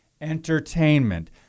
Entertainment